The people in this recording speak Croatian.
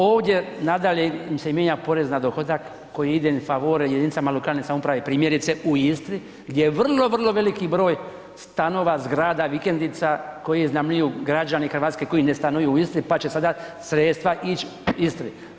Ovdje nadalje se mijenja porez na dohodak koji ide in favorem jedinicama lokalne samouprave primjerice u Istri, gdje je vrlo, vrlo veliki stanova, zgrada, vikendica koji iznajmljuju građani Hrvatske koji ne stanuju u Istri pa će sada sredstva ići Istri.